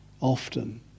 often